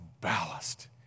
ballast